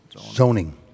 zoning